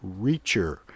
Reacher